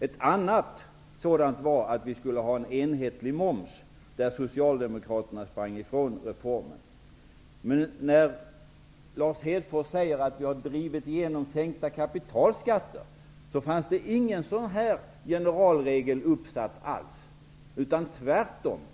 En annan regel var att vi skulle ha en enhetlig moms, men där sprang Socialdemokraterna ifrån reformen. Men när Lars Hedfors säger att vi drivit igenom sänkta kapitalskatter kan jag säga att det inte fanns någon sådan generalregel uppsatt. Tvärtom.